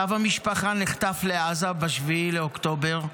סב המשפחה נחטף לעזה ב-7 באוקטובר,